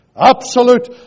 absolute